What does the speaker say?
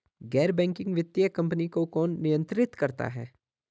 गैर बैंकिंग वित्तीय कंपनियों को कौन नियंत्रित करता है?